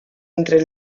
entre